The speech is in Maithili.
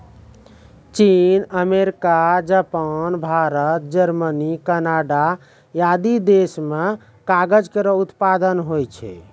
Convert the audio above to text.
चीन, America, Japan, Bharat, Germany, Canada आदि देस म कागज केरो उत्पादन होय छै